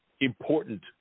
important